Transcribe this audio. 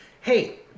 hey